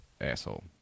asshole